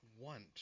want